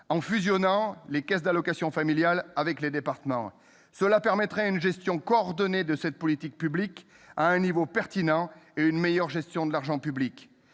en fusionnant les caisses d'allocations familiales avec les départements. Cette mesure permettrait une gestion coordonnée de cette politique publique à un niveau pertinent et une meilleure gestion de l'argent public.